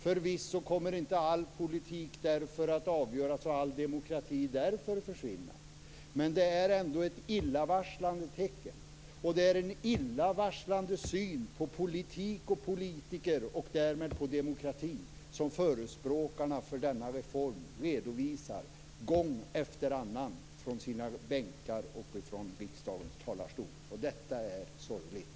Förvisso kommer inte all politik därför att avgöras och all demokrati därför att försvinna, men det är ett illavarslande tecken och en illavarslande syn på politik och politiker och därmed demokrati som förespråkarna av denna reform redovisar gång efter annan från riksdagens talarstol. Detta är sorgligt!